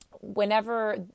whenever